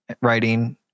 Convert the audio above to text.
writing